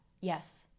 yes